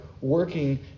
working